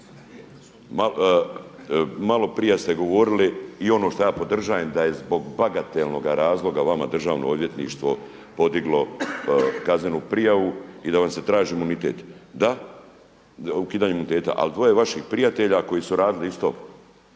Malo prije ste govorili i ono što ja podržavam da je zbog bagatelnoga razloga vama Državno odvjetništvo podiglo kaznenu prijavu i da vam se traži imunitet. Da, ukidanje imuniteta. Ali dvoje vaših prijatelja koji su radili isto